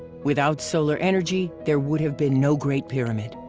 without solar energy, there would have been no great pyramid.